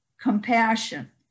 compassion